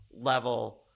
level